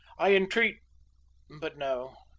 i entreat but no,